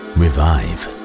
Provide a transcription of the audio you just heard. revive